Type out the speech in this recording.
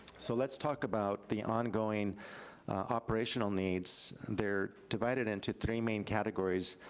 so let's talk about the ongoing operational needs. they're divided into three main categories.